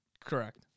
Correct